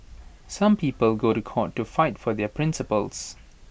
some people go to court to fight for their principles